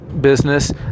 business